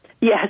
Yes